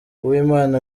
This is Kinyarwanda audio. uwimana